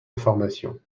information